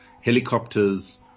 helicopters